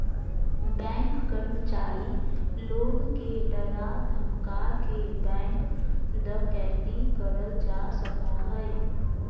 bank कर्मचारी लोग के डरा धमका के बैंक डकैती करल जा सका हय